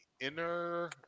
inner